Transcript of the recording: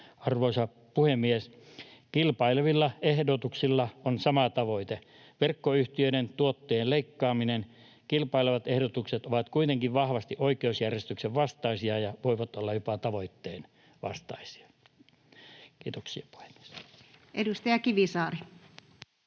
Arvoisa puhemies! Kilpailevilla ehdotuksilla on sama tavoite: verkkoyhtiöiden tuottojen leikkaaminen. Kilpailevat ehdotukset ovat kuitenkin vahvasti oikeusjärjestyksen vastaisia ja voivat olla jopa tavoitteen vastaisia. — Kiitoksia, puhemies. [Speech 194]